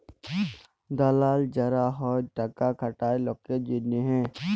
দালাল যারা হ্যয় টাকা খাটায় লকের জনহে